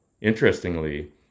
Interestingly